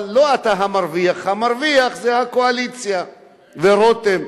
אבל לא אתה המרוויח, המרוויח זה הקואליציה ורותם.